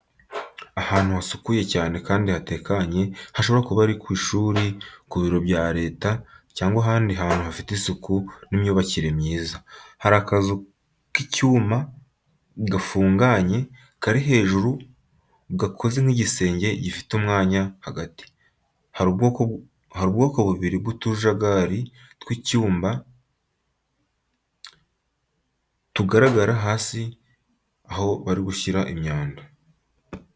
Ahantu hasukuye cyane kandi hatekanye hashobora kuba ari ku ishuri, ku biro bya Leta cyangwa ahandi hantu hafite isuku n’imyubakire myiza. Hari akazu k'icyuma gafunganye kari hejuru gakoze nk'igisenge gifite umwanya hagati. Hari ubwoko bubiri bw’utujagari tw’icyuma tugaragara turi hasi aho bashyira imyanda.